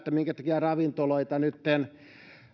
minkä takia ravintoloita nytten